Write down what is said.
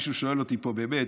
מישהו שואל אותי פה באמת,